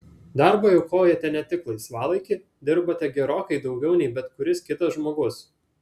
darbui aukojate net tik laisvalaikį dirbate gerokai daugiau nei bet kuris kitas žmogus